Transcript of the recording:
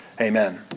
Amen